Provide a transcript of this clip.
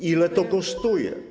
Ile to kosztuje?